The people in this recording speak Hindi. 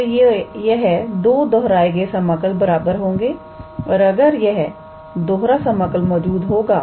तो यह दो दोहराए गए समाकल बराबर होंगे अगर यह दोहरा समाकल मौजूद होगा